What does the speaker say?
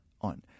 on